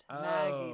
Maggie